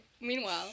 Meanwhile